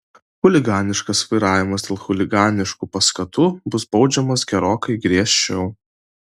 chuliganiškas vairavimas dėl chuliganiškų paskatų bus baudžiamas gerokai griežčiau